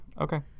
okay